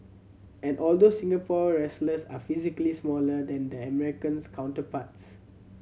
and although Singapore wrestlers are physically smaller than their American counterparts